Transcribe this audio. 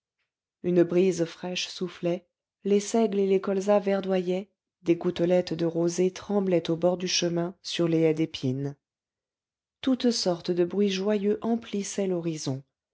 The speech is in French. une brise fraîche soufflait les seigles et les colzas verdoyaient des gouttelettes de rosée tremblaient au bord du chemin sur les haies d'épines toutes sortes de bruits joyeux emplissaient l'horizon